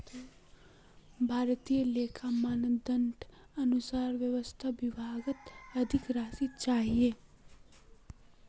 भारतीय लेखा मानदंडेर अनुसार स्वास्थ विभागक अधिक राशि चाहिए